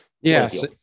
Yes